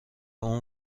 اون